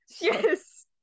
Yes